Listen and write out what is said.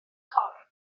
corn